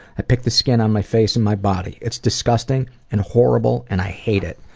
i pick the skin on my face and my body. it's disgusting and horrible and i hate it.